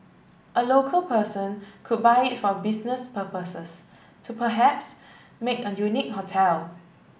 a local person could buy it for business purposes to perhaps make a unique hotel